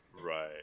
Right